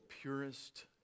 purest